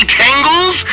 tangles